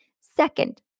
Second